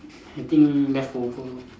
I think leftover